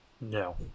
No